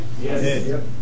Yes